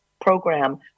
program